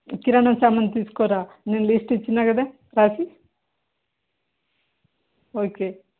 కిరాణా సామాను తీసుకోరా నేను లిస్ట్ ఇచ్చిన కదా రాసి ఓకే